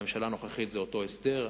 ובממשלה הנוכחית זה אותו הסדר.